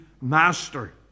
master